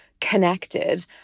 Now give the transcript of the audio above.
connected